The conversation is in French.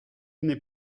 n’est